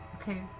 Okay